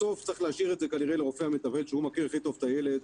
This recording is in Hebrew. בסוף צריך להשאיר את זה כנראה לרופא המטפל שהוא מכיר הכי טוב את הילד,